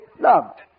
loved